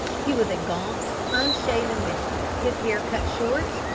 he was a gaunt, unshaven man, his hair cut short,